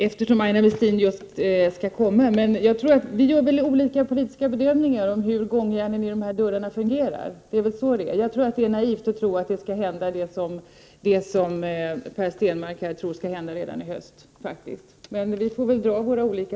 Prot. 1988/89:121 Herr talman! Jag skall inte säga så mycket mer eftersom Aina Westin skall 25 maj 1989 gå upp i talarstolen. Men vi gör förmodligen olika politiska bedömningar av hur gångjärnen i dessa dörrar fungerar. Jag tycker att det är naivt att som Per Stenmarck tro att det skall hända något redan i höst. Men vi får dra våra olika